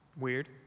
Weird